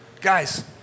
Guys